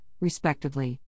respectively